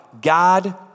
God